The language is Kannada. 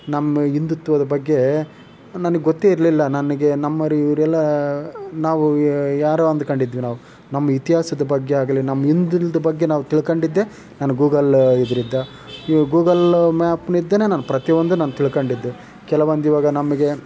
ನಮ್ಮ ಹಿಂದುತ್ವದ ಬಗ್ಗೆ ನನಗೆ ಗೊತ್ತೇ ಇರಲಿಲ್ಲ ನನಗೆ ನಮ್ಮೋರು ಇವರೆಲ್ಲ ನಾವು ಯಾರೋ ಅಂದ್ಕೊಂಡಿದ್ವಿ ನಾವು ನಮ್ಮ ಇತಿಹಾಸದ ಬಗ್ಗೆ ಆಗಲಿ ನಮ್ಮ ಹಿಂದೂಗಳ್ದು ಬಗ್ಗೆ ನಾವು ತಿಳ್ಕೊಂಡಿದ್ದೇ ನಾನು ಗೂಗಲ್ಲು ಇದ್ರಿಂದ ಇವು ಗೂಗಲ್ ಮ್ಯಾಪ್ನಿಂದಲೇ ನಾನು ಪ್ರತಿಯೊಂದು ನಾನು ತಿಳ್ಕೊಂಡಿದ್ದು ಕೆಲವೊಂದು ಇವಾಗ ನಮಗೆ